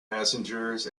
passengers